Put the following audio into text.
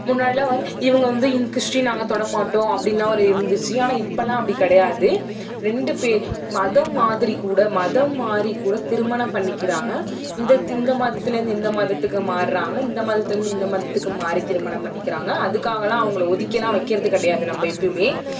முன்னாடிலாம் வந்து இவங்க வந்து கிறிஸ்ட்டின் நாங்கள் தொட மாட்டோம் அப்படினுலாம் ஒரு இருந்துச்சு ஆனால் இப்பெல்லாம் அப்படி கிடையாது ரெண்டு பேரும் மதம் மாதிரி கூட மதம் மாறி கூட திருமணம் பண்ணிக்கிறாங்க இந்த ம இந்த மதத்தில் இருந்து இந்த மதத்துக்கு மாறுறாங்க இந்த மதத்தில் இருந்து இந்த மதத்துக்கு மாறி திருமணம் பண்ணிக்கிறாங்க அதுக்காகலாம் அவங்களை ஒதுக்கியெலாம் வைக்கிறது கிடையாது நம்ம எப்பயுமே